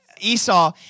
Esau